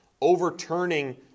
overturning